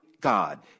God